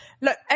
look